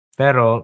pero